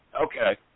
Okay